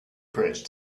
bridge